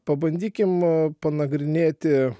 pabandykim panagrinėti